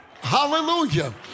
hallelujah